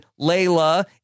Layla